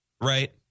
right